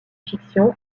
fiction